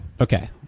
Okay